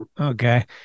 okay